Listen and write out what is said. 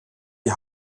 die